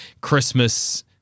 Christmas